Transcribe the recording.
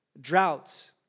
Droughts